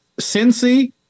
Cincy